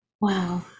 Wow